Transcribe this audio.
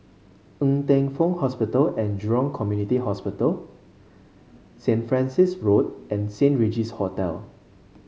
Ng Teng Fong Hospital and Jurong Community Hospital Saint Francis Road and Saint Regis Hotel